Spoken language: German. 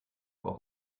auch